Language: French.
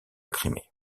crimée